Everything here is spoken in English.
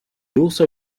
also